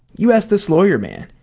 you ask this lawyer man.